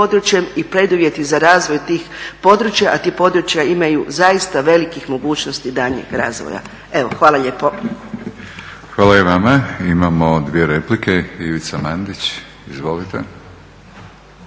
i preduvjeti za razvoj tih područja, a ta područja imaju zaista velikih mogućnosti daljnjeg razvoja. Evo hvala lijepo. **Batinić, Milorad (HNS)** Hvala i vama. Imamo dvije replike. Ivica Mandić, izvolite.